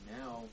now